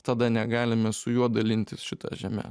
tada negalime su juo dalintis šita žeme